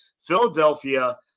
Philadelphia